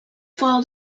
follow